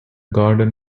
garden